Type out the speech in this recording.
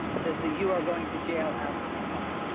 does the you are going to jail outcome apply